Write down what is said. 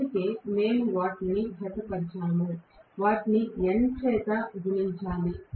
అందుకే మేము వాటిని జతపరిచాము వాటిని N చే గుణించాలి